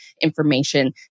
information